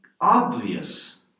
obvious